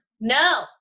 No